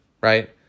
right